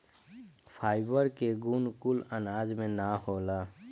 fibre के गुण कुल अनाज में ना होला